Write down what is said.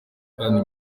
kandi